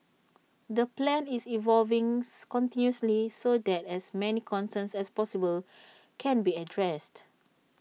the plan is evolving continuously so that as many concerns as possible can be addressed